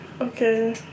Okay